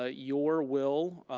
ah your will,